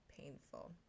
painful